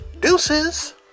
Deuces